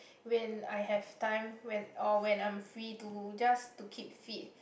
when I have time when or when I am free to just to keep fit